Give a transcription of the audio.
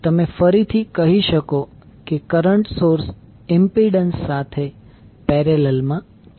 તેથી તમે ફરીથી કહી શકો કે કરંટ સોર્સ ઇમ્પિડન્સ સાથે પેરેલલ મા છે